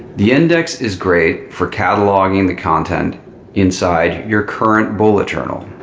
the index is great for cataloging the content inside your current bullet journal.